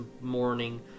morning